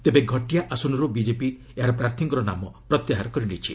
ତେବେ ଘଟିୟା ଆସନର୍ ବିକେପି ଏହାର ପ୍ରାର୍ଥୀଙ୍କ ନାମ ପ୍ରତ୍ୟାହାର କରିନେଇଛି